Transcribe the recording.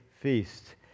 feast